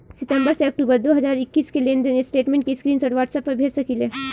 सितंबर से अक्टूबर दो हज़ार इक्कीस के लेनदेन स्टेटमेंट के स्क्रीनशाट व्हाट्सएप पर भेज सकीला?